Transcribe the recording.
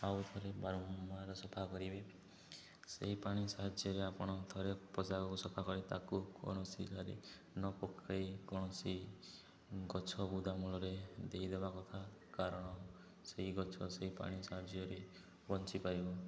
ଆଉ ଥରେ ବାରମ୍ବାର ସଫା କରିବେ ସେହି ପାଣି ସାହାଯ୍ୟରେ ଆପଣ ଥରେ ପୋଷାକୁ ସଫା ତାକୁ କୌଣସି ଧାରି ନ ପକାଇ କୌଣସି ଗଛ ବୁଦାମୂଳରେ ଦେଇ ଦେବା କଥା କାରଣ ସେଇ ଗଛ ସେଇ ପାଣି ସାହାଯ୍ୟରେ ବଞ୍ଚିପାରିବ